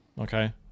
Okay